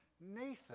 Nathan